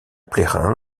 plérin